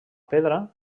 pedra